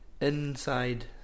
inside